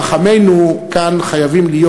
רחמינו כאן חייבים להיות,